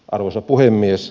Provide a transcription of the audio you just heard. arvoisa puhemies